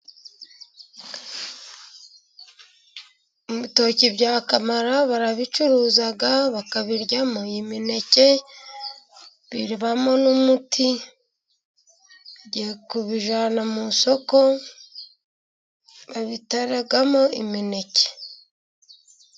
Ibitoki bya kamara barabicuruza, bakabiryamo imineke, bibamo n'umuti, ngiye kubijyana mu isoko, babitaramo imineke.